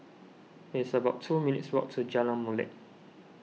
it's about two minutes' walk to Jalan Molek